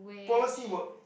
policy work